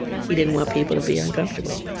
he didn't want people to be uncomfortable,